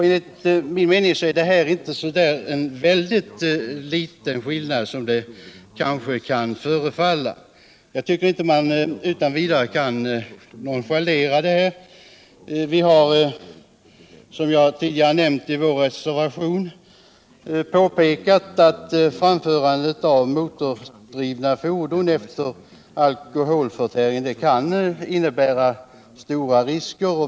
Enligt min mening är skillnaden mellan utskottsmajoritetens och reservanternas förslag inte så liten som den kanske kan förefalla. Jag tycker inte att man utan vidare kan nonchalera den. Vi har, som jag tidigare nämnt, i vår reservation påpekat att framförande av motordrivna fordon efter alkoholförtäring kan innebära stora risker.